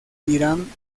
irán